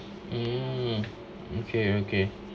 hmm okay okay